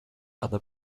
other